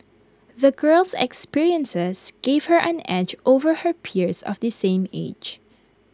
the girl's experiences gave her an edge over her peers of the same age